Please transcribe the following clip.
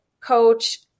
coach